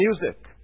music